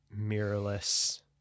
mirrorless